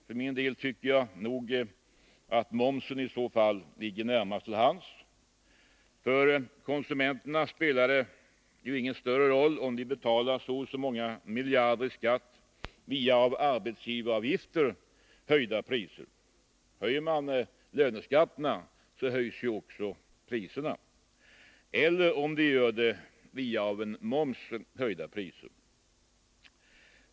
För min del tycker jag att momsen i så fall ligger närmast till hands. För konsumenterna spelar det ingen större roll om de betalar så och så många miljarder i skatt via av arbetsgivaravgifter höjda priser — höjer man löneskatterna, höjs ju också priserna — eller om de gör det via av moms höjda priser.